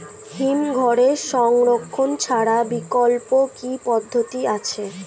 হিমঘরে সংরক্ষণ ছাড়া বিকল্প কি পদ্ধতি আছে?